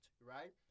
right